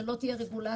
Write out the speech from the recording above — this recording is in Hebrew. ולא תהיה רגולציה,